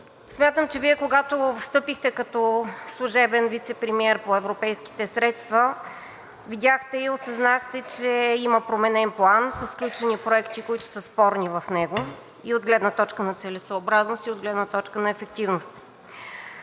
Смятам, че Вие, когато встъпихте като служебен вицепремиер по европейските средства, видяхте и осъзнахте, че има променен план със сключени проекти, които са спорни в него – и от гледна точка на целесъобразност, и от гледна точка на ефективност.